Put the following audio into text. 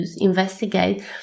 investigate